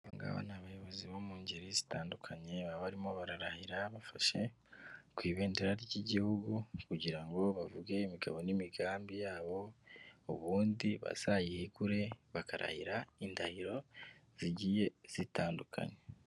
Gabo n'abayobozi bo mu ngeri zitandukanye barimo bararahira bafashe ku ibendera ry'igihugu kugira ngo bavuge imigabo n'imigambi yabo ubundi bazayihigure bakarahira indahiro zigiye zitandukanye.